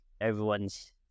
everyone's